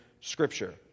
Scripture